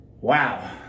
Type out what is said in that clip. Wow